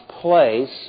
place